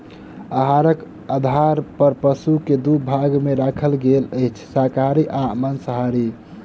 आहारक आधार पर पशु के दू भाग मे राखल गेल अछि, शाकाहारी आ मांसाहारी